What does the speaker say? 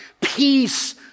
peace